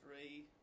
three